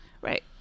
Right